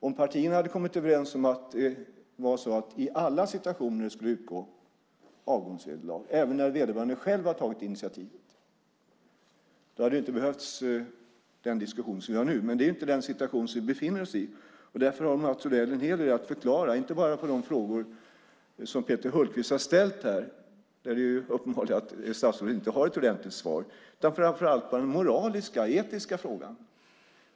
Om partierna hade kommit överens om att det i alla situationer ska utgå avgångsvederlag - även när vederbörande själv har tagit initiativet - hade den diskussion vi för nu inte behövts. Men det är inte den situationen vi befinner oss i. Därför har Mats Odell en hel del att förklara inte bara när det gäller de frågor som Peter Hultqvist har ställt här. Där är det uppenbart att statsrådet inte har ett ordentligt svar. Det gäller framför allt den moraliska, etiska frågan.